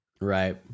Right